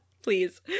please